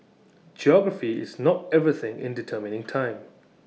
geography is not everything in determining time